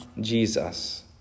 Jesus